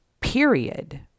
period